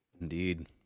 Indeed